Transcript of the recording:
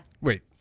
Wait